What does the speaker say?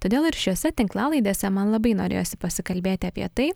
todėl ir šiose tinklalaidėse man labai norėjosi pasikalbėti apie tai